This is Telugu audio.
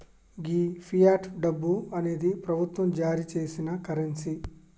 గీ ఫియట్ డబ్బు అనేది ప్రభుత్వం జారీ సేసిన కరెన్సీ